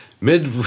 mid